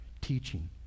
teaching